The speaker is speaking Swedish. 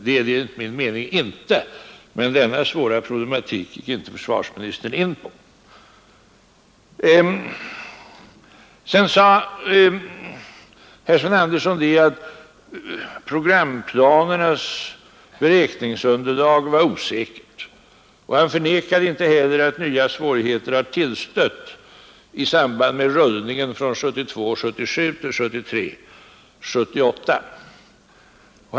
Det är det enligt min mening inte, men denna svåra problematik ger sig inte försvarsministern in på. Sedan sade försvarsministern att programplanernas beräkningsunderlag var osäkert. Han förnekade inte heller att nya svårigheter har tillstött i samband med rullningen från 1972—1977 till 1973—1978.